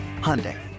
Hyundai